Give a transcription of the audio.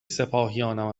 سپاهیانم